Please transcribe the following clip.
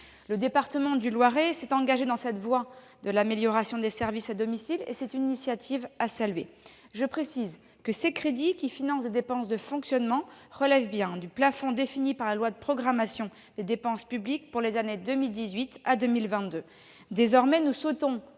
Le département du Loiret s'est engagé dans cette voie de l'amélioration des services à domicile, initiative qu'il faut saluer. Je précise que ces crédits, qui financent des dépenses de fonctionnement, relèvent bien du plafond défini par la loi de programmation des finances publiques pour les années 2018 à 2022.